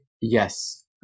Yes